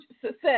success